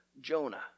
Jonah